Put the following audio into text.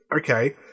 okay